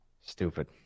Stupid